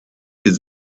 his